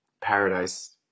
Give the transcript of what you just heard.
paradise